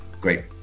great